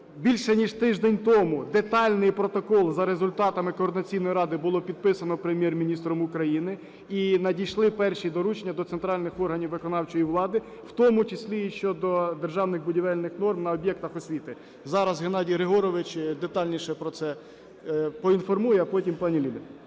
Більше ніж тиждень тому детальний протокол за результатами Координаційної ради було підписано Прем’єр-міністром України. І надійшли перші доручення до центральних органів виконавчої влади, в тому числі і щодо державних будівельних норм на об'єктах освіти. Зараз Геннадій Григорович детальніше про це поінформує, а потім – пані Ліля.